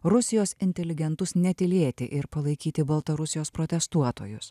rusijos inteligentus netylėti ir palaikyti baltarusijos protestuotojus